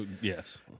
Yes